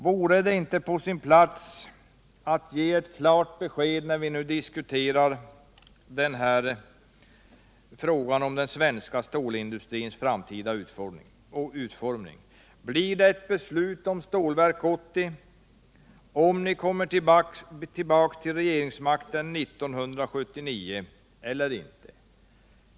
Vore det inte på sin plats att ge ett klart besked, nu när vi diskuterar den svenska stålindustrins framtida utformning. Blir det ett beslut om byggandet av Stålverk 80, om ni kommer tillbaka i regeringsmakten 1979 eller inte?